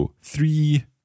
three